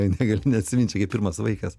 negaliu neatsimint čia kaip pirmas vaikas